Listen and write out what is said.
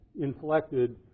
inflected